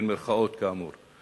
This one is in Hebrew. כנגדם עבירות, "אפשר" להבין, כאמור.